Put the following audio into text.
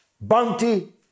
bounty